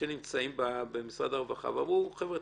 שנמצאים במשרד הרווחה ואמרה: חבר'ה,